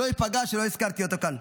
לא ייפגע שלא הזכרתי אותו כאן.